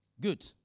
Good